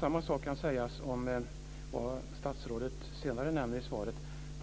Samma sak kan sägas om vad statsrådet senare nämnde i sitt svar, nämligen att